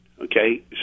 okay